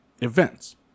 Events